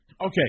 okay